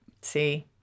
see